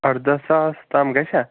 اردہ ساس تام گَژھہِ ہا